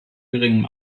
geringem